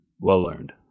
well-learned